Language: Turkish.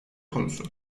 konusu